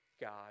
God